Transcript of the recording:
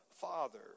Father